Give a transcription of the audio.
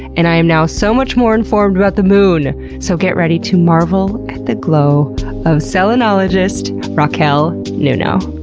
and i am now so much more informed about the moon! so get ready to marvel at the glow of selenologist, raquel nuno.